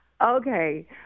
Okay